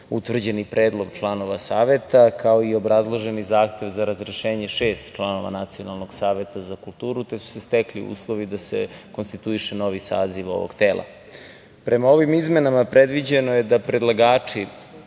utvrđeni predlog članova saveta, kao i obrazloženi zahtev za razrešenje šest članova Nacionalnog saveta za kulturu, te su se stekli uslovi da se konstituiše novi saziv ovog tela. Prema ovim izmenama, predviđeno je da predlagači